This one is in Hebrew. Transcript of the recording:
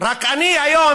אני היום,